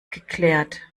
geklärt